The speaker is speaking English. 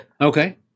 Okay